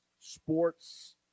sports